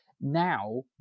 now